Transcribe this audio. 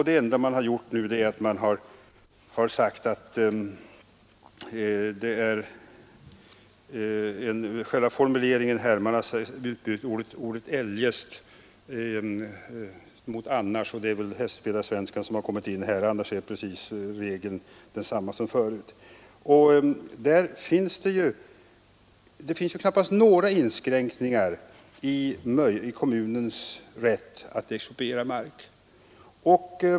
Det enda man nu gjort är att i formuleringen byta ut ordet eljest mot annars. Regeln är eljest densamma som förut. Det finns knappast några inskränkningar i kommunens rätt att expropriera mark.